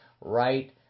right